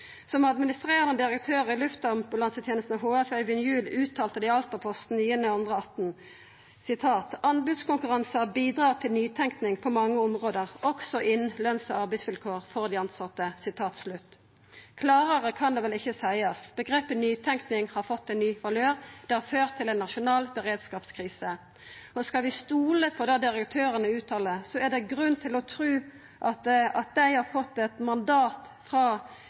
Som administrerande direktør i Luftambulansetenesten HF, Øyvind Juell, uttalte til Altaposten 9. februar 2018: «Anbudskonkurranser bidrar til nytenkning på mange områder, også innen lønns- og arbeidsvilkår for de ansatte.» Klarare kan det vel ikkje seiast. Omgrepet «nytenkning» har fått ein ny valør, det har ført til ei nasjonal beredskapskrise. Og skal vi stola på det direktørane uttaler, er det grunn til å tru at dei har fått eit mandat frå